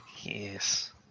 Yes